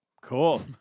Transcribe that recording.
Cool